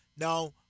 Now